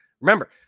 Remember